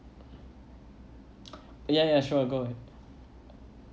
ya ya sure go ahead